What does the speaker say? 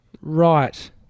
Right